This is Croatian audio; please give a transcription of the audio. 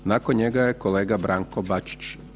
Nakon njega je kolega Branko Bačić.